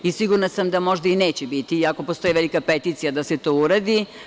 I sigurna sam da možda neće biti iako postoji velika peticija da se to uradi.